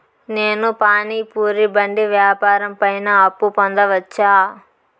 నేను పానీ పూరి బండి వ్యాపారం పైన అప్పు పొందవచ్చా?